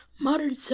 modern